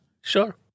Sure